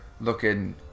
looking